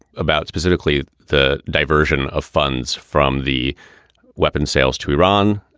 about specifically the diversion of funds from the weapons sales to iran